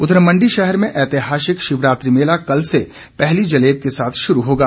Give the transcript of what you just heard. उधर मंडी शहर में ऐतिहासिक शिवरात्रि मेला कल से पहली जलेब के साथ शुरू होगा